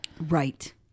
right